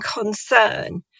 concern